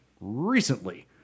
recently